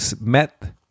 met